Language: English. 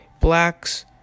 Blacks